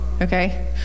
Okay